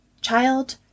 child